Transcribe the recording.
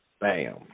Bam